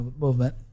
movement